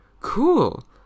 cool